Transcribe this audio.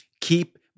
keep